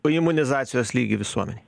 imunizacijos lygį visuomenėj